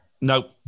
Nope